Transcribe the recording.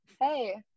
hey